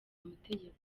amategeko